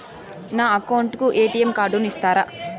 నా అకౌంట్ కు ఎ.టి.ఎం కార్డును ఇస్తారా